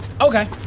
Okay